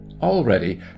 Already